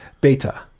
beta